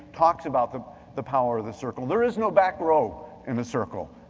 talks about the the power of the circle. there is no back row in the circle.